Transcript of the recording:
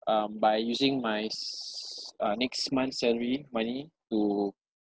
um by using my s~ uh next month salary money to